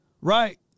right